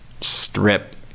strip